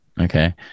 Okay